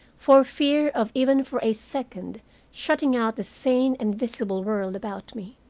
for fear of even for a second shutting out the sane and visible world about me.